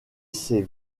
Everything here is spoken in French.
ses